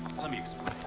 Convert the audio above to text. let me explain.